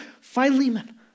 Philemon